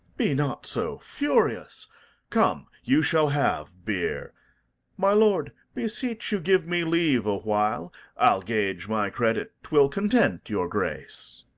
be not so furious come, you shall have beer my lord, beseech you give me leave a while i'll gage my credit twill content your grace.